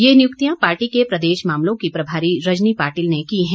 यह नियुक्तियां पार्टी के प्रदेश मामलों की प्रभारी रजनी पाटिल ने की हैं